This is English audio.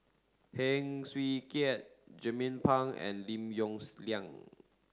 Heng Swee Keat Jernnine Pang and Lim Yong Liang